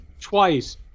Twice